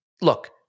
look